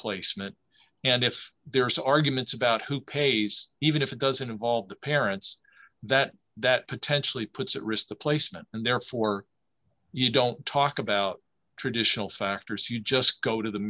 placement and if there's arguments about who pays even if it doesn't involve the parents that that potentially puts at risk the placement and therefore you don't talk about traditional factors you just go to the